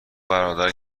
برادر